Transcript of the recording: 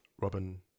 Robin